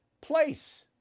place